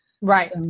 Right